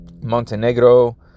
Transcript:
montenegro